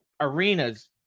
arenas